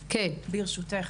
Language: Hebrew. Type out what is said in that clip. ברשותך,